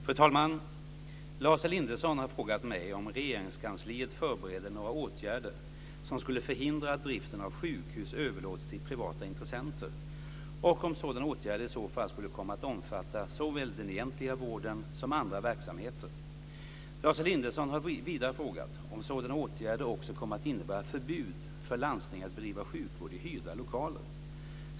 Fru talman! Lars Elinderson har frågat mig om Regeringskansliet förbereder några åtgärder som skulle förhindra att driften av sjukhus överlåts till privata intressenter och om sådana åtgärder i så fall skulle komma att omfatta såväl den egentliga vården som andra verksamheter. Lars Elinderson har vidare frågat om sådana åtgärder också kommer att innebära förbud för landsting att bedriva sjukvård i hyrda lokaler.